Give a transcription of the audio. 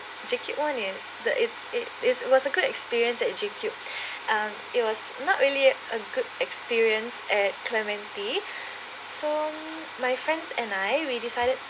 JCube [one] is the it it it was a good experience at JCube um it was not really a good experience at clementi so my friends and I we decided